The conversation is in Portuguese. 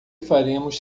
faremos